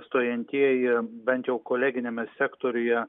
stojantieji bent jau koleginiame sektoriuje